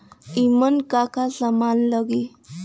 ईमन का का समान लगी?